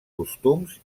costums